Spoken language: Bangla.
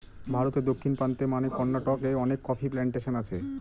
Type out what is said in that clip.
ভারতে দক্ষিণ প্রান্তে মানে কর্নাটকে অনেক কফি প্লানটেশন আছে